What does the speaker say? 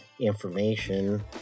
information